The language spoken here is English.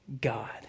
God